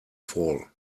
fall